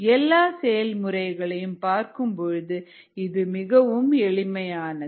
எல்லா செயல் முறைகளையும் பார்க்கும் பொழுது இது மிகவும் எளிமையானது